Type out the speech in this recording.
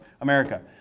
America